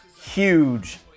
huge